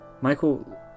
Michael